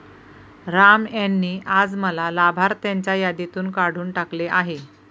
राम यांनी आज मला लाभार्थ्यांच्या यादीतून काढून टाकले आहे